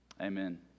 Amen